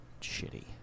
shitty